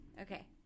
Okay